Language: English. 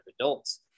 adults